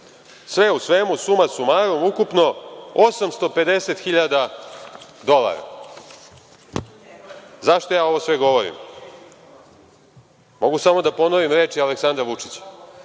Sve u svemu, suma sumarum, ukupno 850.000 dolara.Zašto ja sve ovo govorim? Mogu samo da ponovim reči Aleksandra Vučića